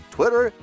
Twitter